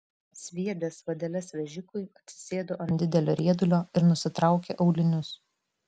sviedęs vadeles vežikui atsisėdo ant didelio riedulio ir nusitraukė aulinius